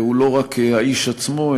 הוא לא רק האיש עצמו,